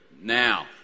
now